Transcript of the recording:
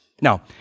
Now